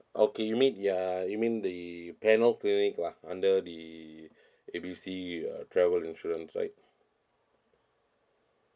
okay you mean ya you mean the panel clinic lah under the A B C uh travel insurance right